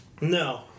No